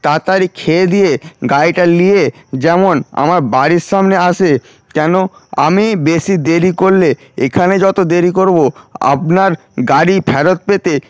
তাতাড়ি খেয়ে দিয়ে গাড়িটা নিয়ে যেমন আমার বাড়ির সামনে আসে কেনো আমি বেশি দেরি করলে এখানে যত দেরি করবো আপনার গাড়ি ফেরত পেতে